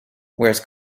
whereas